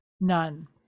None